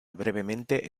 brevemente